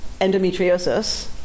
endometriosis